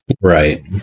Right